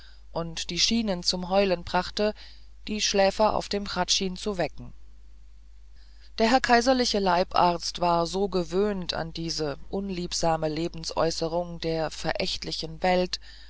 und die schienen zum heulen brachte die schläfer auf dem hradschin zu wecken der herr kaiserliche leibarzt war so gewöhnt an diese unliebsame lebensäußerung der verächtlichen welt